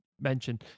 mention